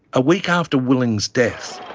a week after willing's death,